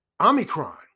Omicron